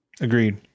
Agreed